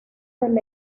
del